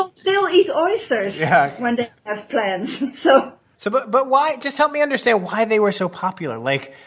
um still eat oysters yeah when they have plans, so. so but but why just help me understand why they were so popular. like,